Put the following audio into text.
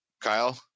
Kyle